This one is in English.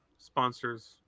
sponsors